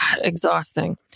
exhausting